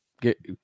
get